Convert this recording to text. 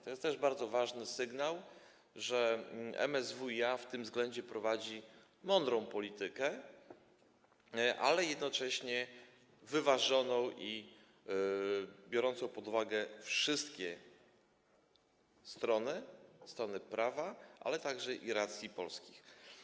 To jest też bardzo ważny sygnał, że MSWiA w tym względzie prowadzi mądrą politykę, ale jednocześnie wyważoną i biorącą pod uwagę racje wszystkich stron, patrząc od strony prawa, ale także racje polskie.